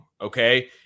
okay